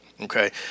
Okay